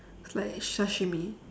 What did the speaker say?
it's like sashimi